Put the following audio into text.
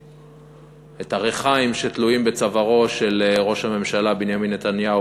את הריחיים שתלויים בצווארו של ראש הממשלה בנימין נתניהו,